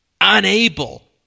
unable